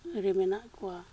ᱨᱮ ᱢᱮᱱᱟᱜ ᱠᱚᱣᱟ